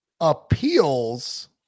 appeals